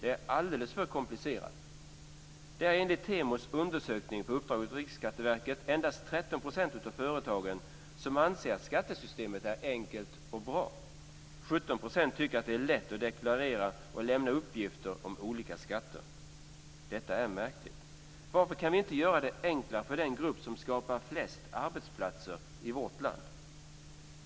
Det är alldeles för komplicerat. Enligt Temos undersökning på uppdrag av RSV anser endast 13 % av företagen att skattesystemet är enkelt och bra. 17 % tycker att det är lätt att deklarera och lämna uppgifter om olika skatter. Detta är märkligt. Varför kan vi inte göra det enklare för den grupp som skapar flest arbetsplatser i vårt land?